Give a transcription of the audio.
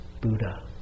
Buddha